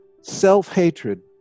Self-hatred